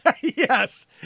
yes